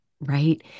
Right